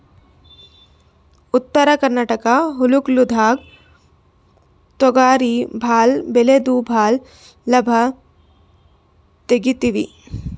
ಉತ್ತರ ಕರ್ನಾಟಕ ಹೊಲ್ಗೊಳ್ದಾಗ್ ತೊಗರಿ ಭಾಳ್ ಬೆಳೆದು ಭಾಳ್ ಲಾಭ ತೆಗಿತೀವಿ